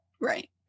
right